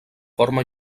forma